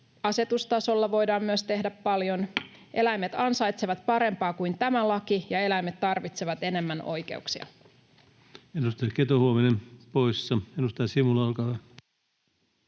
Asetustasolla voidaan myös tehdä paljon. Eläimet ansaitsevat parempaa kuin tämä laki, ja eläimet tarvitsevat enemmän oikeuksia.